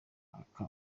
ataka